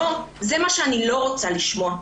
זה מה שאני לא רוצה לשמוע,